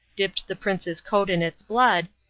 dipped the prince's coat in its blood,